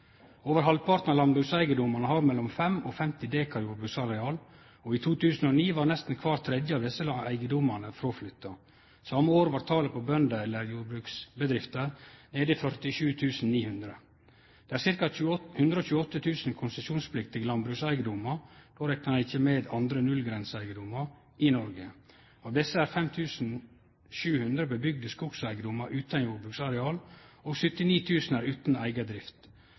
Over halvparten av landbrukseigedomane har mellom fem og 50 dekar jordbruksareal, og i 2009 var nesten kvar tredje av disse eigedomane fråflytta. Same år var talet på bønder, eller jordbruksbedrifter, nede i 47 900. Det er ca. 128 000 konsesjonspliktige landbrukseigedomar i Noreg, og då reknar ein ikkje med andre nullgrenseeigedomar. Av desse er 5 700 bebygde skogeigedomar utan jordbruksareal, og 79 000 er utan eiga drift.